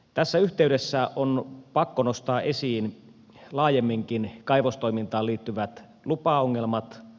tässä yhteydessä on pakko nostaa esiin laajemminkin kaivostoimintaan liittyvät lupaongelmat